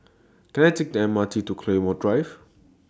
Can I Take The M R T to Claymore Drive